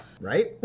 Right